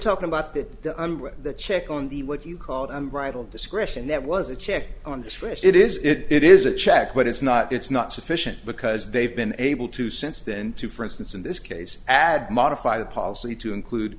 talking about that the check on the what you called and right of discretion that was a check on discretion it is it is a check but it's not it's not sufficient because they've been able to since then to for instance in this case add modify the policy to include